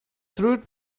through